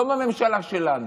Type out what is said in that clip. לא בממשלה שלנו,